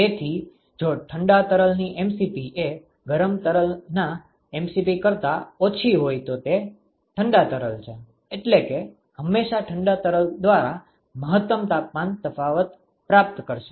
તેથી જો ઠંડા તરલની mCp એ ગરમ તરલના mCp કરતા ઓછી હોય તો તે ઠંડા તરલ છે એટલે કે હંમેશાં ઠંડા તરલ દ્વારા મહત્તમ તાપમાન તફાવત પ્રાપ્ત કરશે